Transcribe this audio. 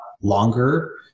longer